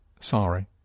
Sorry